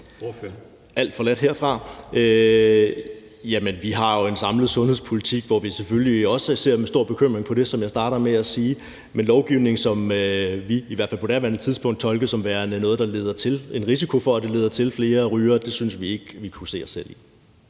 Alt forladt herfra. Jamen vi har jo en samlet sundhedspolitik, hvor vi selvfølgelig også ser med stor bekymring på det, som jeg startede med at sige, altså på lovgivning, som vi – i hvert fald på daværende tidspunkt – tolkede som værende noget, hvor der var en risiko for, at det førte til flere rygere, og det syntes vi ikke vi kunne se os selv i.